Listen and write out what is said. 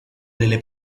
delle